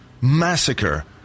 massacre